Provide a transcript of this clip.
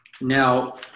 Now